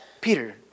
Peter